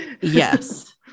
Yes